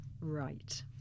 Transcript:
right